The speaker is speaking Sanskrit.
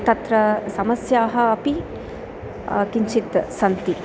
तत्र समस्याः अपि किञ्चित् सन्ति